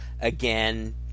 Again